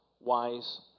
wise